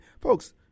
folks